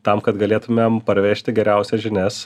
tam kad galėtumėm parvežti geriausias žinias